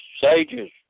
sages